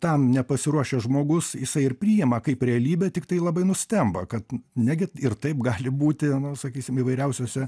tam nepasiruošęs žmogus jisai ir priima kaip realybę tiktai labai nustemba kad negi ir taip gali būti nu sakysim įvairiausiose